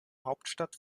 hauptstadt